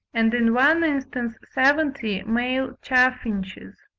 and in one instance, seventy, male chaffinches.